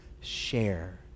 share